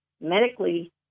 medically